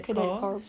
cadet corps